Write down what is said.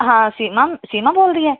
ਹਾਂ ਸੀਮਾ ਸੀਮਾ ਬੋਲਦੀ ਐ